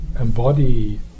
embody